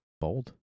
bold